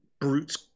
brutes